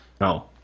No